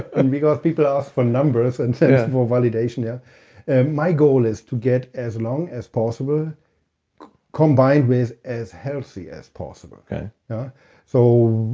and because people ask for numbers and sensible validation. yeah and my goal is to get as long as possible combined with as healthy as possible. so,